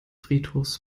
friedhofs